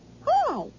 Hi